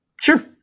sure